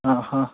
ಆಂ ಹಾಂ